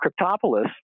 Cryptopolis